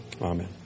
Amen